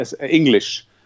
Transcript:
English